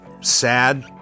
sad